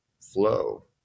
flow